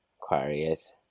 Aquarius